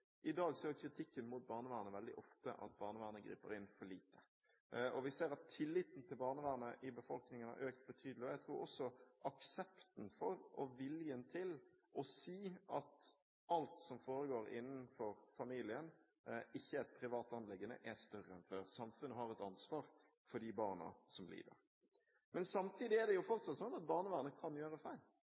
I dag er kritikken mot barnevernet veldig ofte at barnevernet griper inn for lite. Vi ser at tilliten i befolkningen til barnevernet har økt betydelig, og jeg tror også at aksepten for og viljen til å si at alt som foregår innenfor familien, ikke er et privat anliggende, er større enn før. Samfunnet har et ansvar for de barna som lider. Men samtidig er det fortsatt sånn at barnevernet kan gjøre feil,